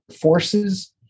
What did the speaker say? forces